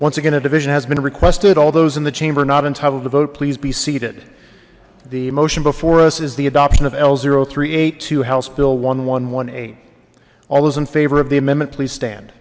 once again a division has been requested all those in the chamber not entitled to vote please be seated the motion before us is the adoption of l zero three eight two house bill one one one eight all those in favor of the amendment please stand